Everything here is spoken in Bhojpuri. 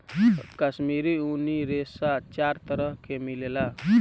काश्मीरी ऊनी रेशा चार तरह के मिलेला